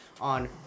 on